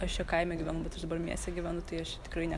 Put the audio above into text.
aš čia kaime gyvenu bet aš dabar mieste gyvenu tai aš tikrai ne